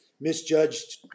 misjudged